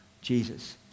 Jesus